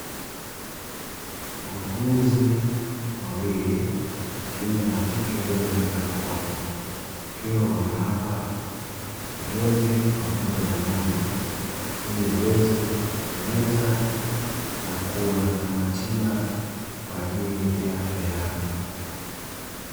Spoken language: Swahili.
Wauguzi wawili (wa kiume na wa kike), waliovalia barakoa, wakiwa wanawapa vidonge pamoja na maji, ili waweze kumeza na kuwa kama tiba, kwa ajili ya afya yao.